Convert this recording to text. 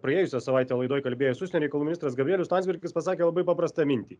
praėjusią savaitę laidoj kalbėjęs užsienio reikalų ministras gabrielius landsbergis pasakė labai paprastą mintį